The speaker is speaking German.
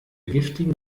giftigen